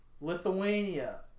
Lithuania